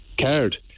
card